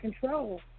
control